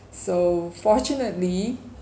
so fortunately